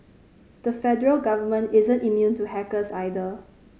the federal government isn't immune to hackers either